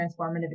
transformative